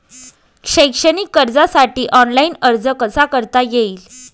शैक्षणिक कर्जासाठी ऑनलाईन अर्ज कसा करता येईल?